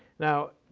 now,